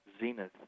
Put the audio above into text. zenith